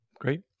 Great